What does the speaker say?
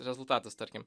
rezultatas tarkim